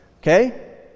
okay